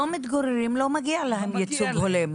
מתגוררים לא מגיע להם ייצוג הולם.